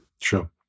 Sure